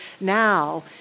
now